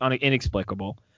inexplicable